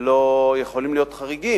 לא יכולים להיות חריגים.